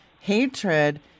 hatred